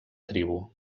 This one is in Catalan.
tribu